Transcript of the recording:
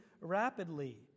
rapidly